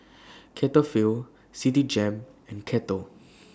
Cetaphil Citigem and Kettle